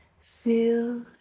feel